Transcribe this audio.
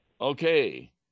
Okay